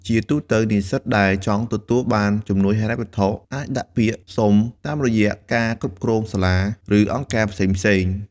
ជាទូទៅ និស្សិតដែលចង់ទទួលបានជំនួយហិរញ្ញវត្ថុអាចដាក់ពាក្យសុំតាមរយៈការគ្រប់គ្រងសាលា ឬអង្គការផ្សេងៗ។